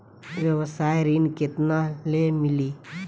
व्यवसाय ऋण केतना ले मिली?